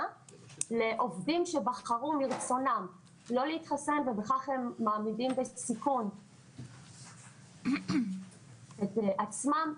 לעובדים שבחרו מרצונם לא להתחסן ובכך הם מעמידים בסיכון את עצמם,